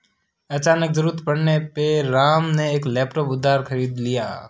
अचानक ज़रूरत पड़ने पे राम ने एक लैपटॉप उधार खरीद लिया